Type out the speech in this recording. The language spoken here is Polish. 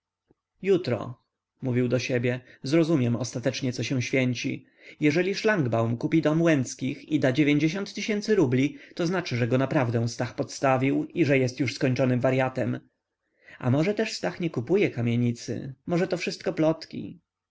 jutro mówił do siebie zrozumiem ostatecznie co się święci jeżeli szlangbaum kupi dom łęckiego i da rubli to znaczy że go naprawdę stach podstawił i już jest skończonym waryatem a może też stach nie kupuje kamienicy możeto wszystko plotki